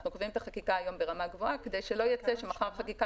אנחנו קובעים את החקיקה היום ברמה גבוהה כדי שלא ייצא שמחר חקיקה